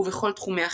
ובכל תחומי החיים.